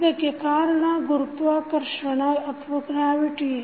ಇದಕ್ಕೆ ಕಾರಣ ಗುರುತ್ವಾಕರ್ಷಣೆ